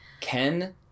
ken